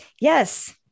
Yes